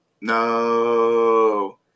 No